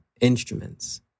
instruments